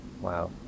Wow